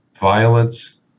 violence